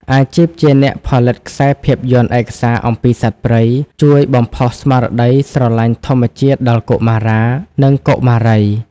អាជីពជាអ្នកផលិតខ្សែភាពយន្តឯកសារអំពីសត្វព្រៃ ជួយបំផុសស្មារតីស្រឡាញ់ធម្មជាតិដល់កុមារា និងកុមារី។